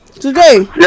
today